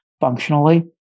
functionally